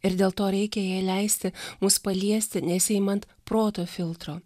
ir dėl to reikia jai leisti mus paliesti nesiimant proto filtro